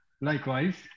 Likewise